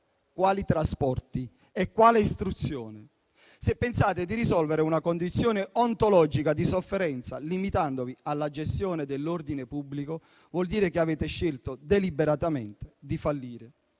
quali trasporti e quale istruzione. Se pensate di risolvere una condizione ontologica di sofferenza limitandovi alla gestione dell'ordine pubblico, vuol dire che avete scelto deliberatamente di fallire.